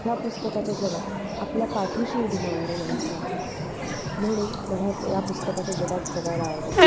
ह्या पुस्तकाच्या जगात आपल्या पाठीशी उभी राहणारी माणसं आहेत म्हणून मला य ह्या पुस्तकाच्या जगात जगायला आवडेल